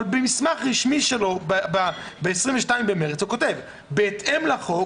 אבל במסמך רשמי שלו ב-22 במרס הוא כותב: בהתאם לחוק